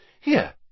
Here